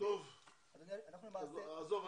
אדוני --- עזוב,